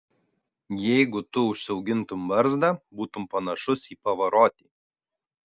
jeigu tu užsiaugintum barzdą būtum panašus į pavarotį